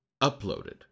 uploaded